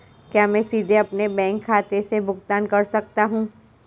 क्या मैं सीधे अपने बैंक खाते से भुगतान कर सकता हूं?